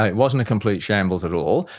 it wasn't a complete shambles at all.